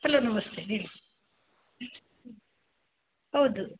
hello ನಮಸ್ತೆ ಹೇಳಿ ಹೌದು